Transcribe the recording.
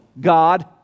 God